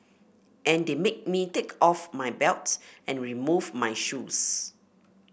and they made me take off my belt and remove my shoes